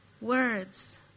Words